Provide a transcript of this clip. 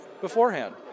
beforehand